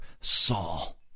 Saul